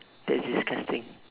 that's disgusting